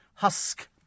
husk